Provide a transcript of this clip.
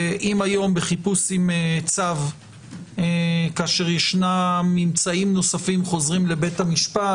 אם היום בחיפוש עם צו כאשר ישנם ממצאים נוספים חוזרים לבית המשפט,